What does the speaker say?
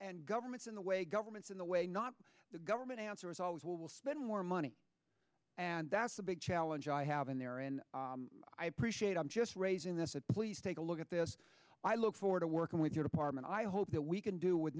and governments in the way governments in the way not the government answer is always will spend more money and that's a big challenge i have in there and i appreciate i'm just raising this please take a look at this i look forward to working with your department i hope that we can do with